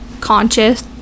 conscious